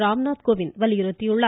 ராம்நாத் கோவிந்த் வலியுறுத்தியுள்ளார்